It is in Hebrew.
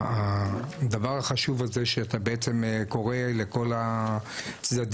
הדבר החשוב הזה שאתה בעצם קורא לכל הצדדים,